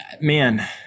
man